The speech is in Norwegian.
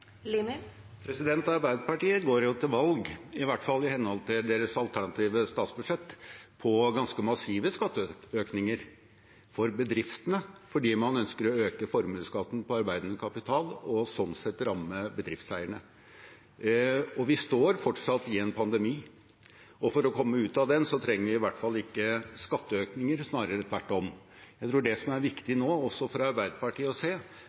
Arbeiderpartiet går jo til valg, i hvert fall i henhold til deres alternative statsbudsjett, på ganske massive skatteøkninger for bedriftene, fordi man ønsker å øke formuesskatten på arbeidende kapital og sånn sett ramme bedriftseierne. Vi står fortsatt i en pandemi, og for å komme ut av den trenger vi i hvert fall ikke skatteøkninger, snarere tvert om. Jeg tror at det som er viktig å se nå – også for Arbeiderpartiet – er at vi trenger å